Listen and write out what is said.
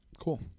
Cool